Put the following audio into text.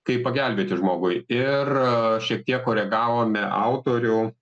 kaip pagelbėti žmogui ir a šiek tiek koregavome autorių